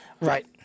Right